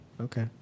Okay